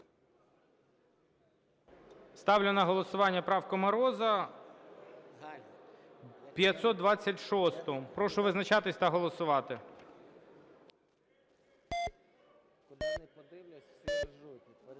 Ставлю на голосування правку Мороза 526-у. Прошу визначатись та голосувати.